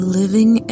living